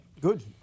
Good